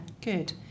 good